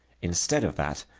instead of that,